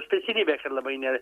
specialybė labai ne